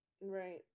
Right